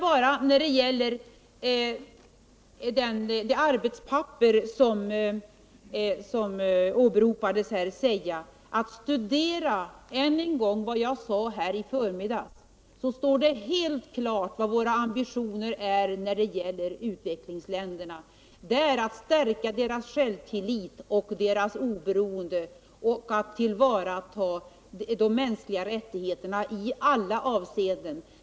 När det sedan gäller det arbetspapper som åberopades vill jag ännu en gång uppmana till ett studium av vad jag sade här i kammaren i förmiddags. Där står klart angivet vilka ambitioner vi har när det gäller utvecklingsländerna: att stärka deras självtillit och deras oberoende samt att tillvarata de mänskliga rättigheterna i alla avseenden.